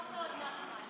לא סותמים את הפה לאף אחד.